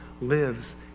lives